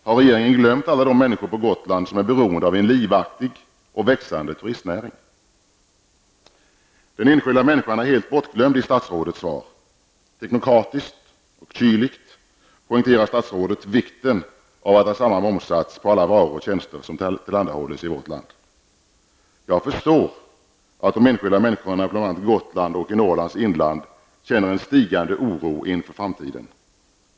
Har regeringen glömt alla de människor på Gotland som är beroende av en livaktig och växande turistnäring? Den enskilda människan är helt bortglömd i statsrådets svar. Teknokratiskt och kyligt poängterar statsrådet vikten av att ha samma momssats på alla varor och tjänster som tillhandahålles i vårt land. Jag förstår att de enskilda människorna på bl.a. Gotland och i Norrlands inland känner en stigande oro inför framtiden.